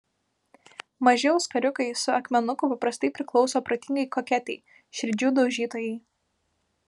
maži auskariukai su akmenuku paprastai priklauso protingai koketei širdžių daužytojai